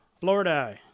Florida